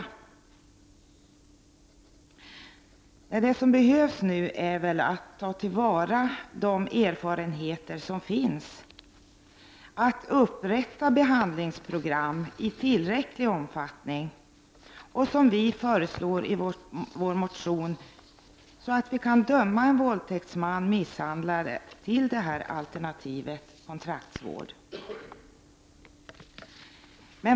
Det som behövs är väl att vi tar till vara de erfarenheter som nu finns, att det upprättas behandlingsprogram i tillräcklig omfattning och, vilket vi föreslår i vår motion, ges möjlighet att döma en våldtäktsman eller misshandlare till denna alternativa påföljd, nämligen kontraktsvård.